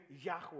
Yahweh